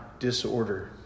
disorder